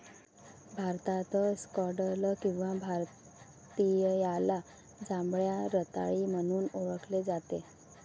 भारतात स्कँडल किंवा भारतीयाला जांभळ्या रताळी म्हणून ओळखले जाते